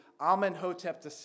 Amenhotep